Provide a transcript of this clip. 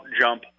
jump